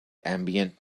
ambient